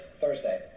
Thursday